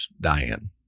Diane